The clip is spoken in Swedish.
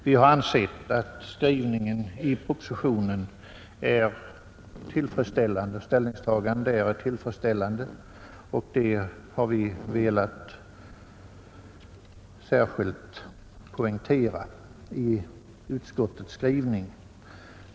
Vi har ansett att ställningstagandet i propositionen är tillfredsställande, och det har vi velat särskilt poängtera i utskottets skrivning.